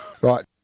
Right